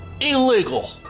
illegal